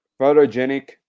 photogenic